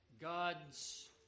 God's